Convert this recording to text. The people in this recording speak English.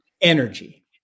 energy